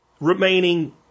remaining